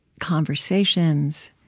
conversations,